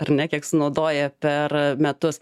ar ne kiek sunaudoja per metus